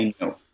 no